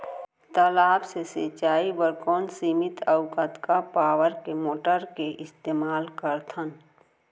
तालाब से सिंचाई बर कोन सीमित अऊ कतका पावर के मोटर के इस्तेमाल करथन?